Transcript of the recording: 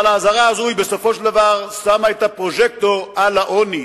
אבל האזהרה הזו בסופו של דבר שמה את הפרוז'קטור על העוני,